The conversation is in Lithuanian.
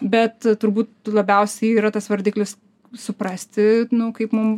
bet turbūt labiausiai yra tas vardiklis suprasti kaip mum